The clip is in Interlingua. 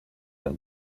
del